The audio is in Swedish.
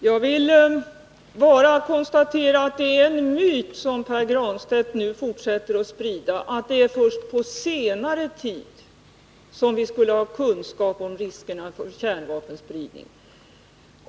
Herr talman! Jag vill bara konstatera att det är en myt som Pär Granstedt nu fortsätter att sprida, att det är först på senare tid som vi skulle haft kunskaper om riskerna för kärnvapenspridning.